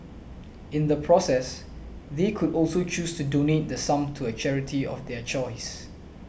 in the process they could also choose to donate the sum to a charity of their choice